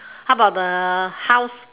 how about the house